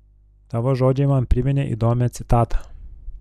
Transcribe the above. tavo žodžiai man priminė įdomią citatą